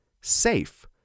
SAFE